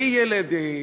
בלי ילד,